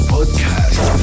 Podcast